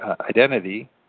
identity